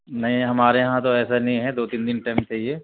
نہیں ہمارے یہاں تو ایسا نہیں ہے دو تین دِن ٹائم چاہیے